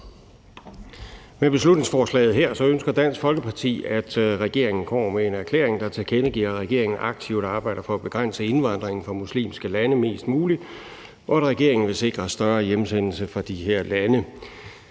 Med beslutningsforslaget her ønsker Dansk Folkeparti, at regeringen kommer med en erklæring, der tilkendegiver, at regeringen aktivt arbejder for at begrænse indvandringen fra muslimske lande mest muligt, og at regeringen vil sikre større hjemsendelse til de her lande.